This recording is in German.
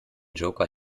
joker